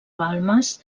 balmes